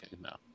no